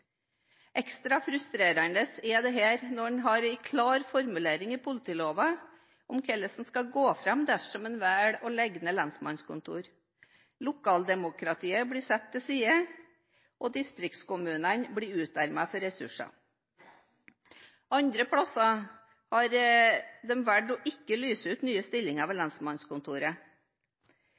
Ekstra frustrerende er dette når en har en klar formulering i politiloven om hvordan en skal gå fram dersom en velger å legge ned lensmannskontor. Lokaldemokratiet blir satt til side, og distriktskommunene blir utarmet for ressurser. Andre plasser har de valgt ikke å lyse ut nye stillinger ved lensmannskontoret.